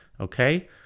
Okay